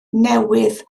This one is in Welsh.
newydd